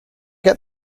get